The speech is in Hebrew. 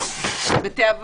את מסכימה